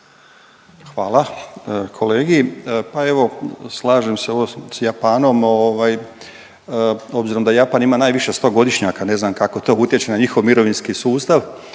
Hvala kolegi. Pa evo, slažem se ovo s Japanom, ovaj, obzirom da Japan ima najviše stogodišnjaka, ne znam kako to utječe na njihov mirovinski sustav,